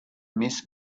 mis